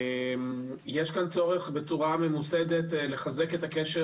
יש כאן צורך בצורה ממוסדת לחזק את הקשר